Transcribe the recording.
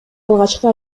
алгачкы